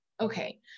okay